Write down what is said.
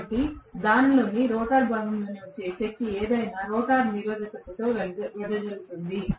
కాబట్టి దానిలోని రోటర్ భాగంలోకి వచ్చే శక్తి ఏమైనా రోటర్ నిరోధకతలో వెదజల్లుతుంది